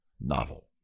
novel